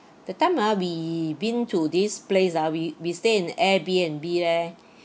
that time ah we been to this place ah we we stay in Airbnb leh